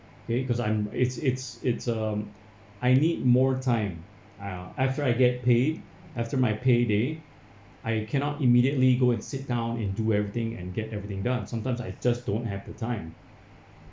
K cause I'm it's it's it's um I need more time uh after I get paid after my pay day I cannot immediately go and sit down into everything and get everything done sometimes I just don't have the time